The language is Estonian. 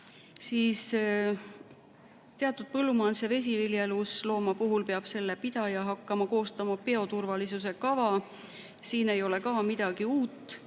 Teatud põllumajandus- ja vesiviljeluslooma puhul peab selle pidaja hakkama koostama bioturvalisuse kava. Siin ei ole ka midagi uut,